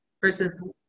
versus